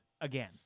again